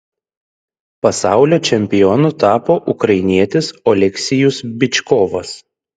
pasaulio čempionu tapo ukrainietis oleksijus byčkovas